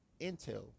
intel